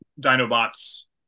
Dinobots